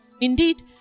Indeed